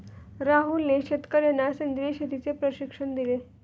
राहुलने शेतकर्यांना सेंद्रिय शेतीचे प्रशिक्षण दिले